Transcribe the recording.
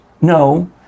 no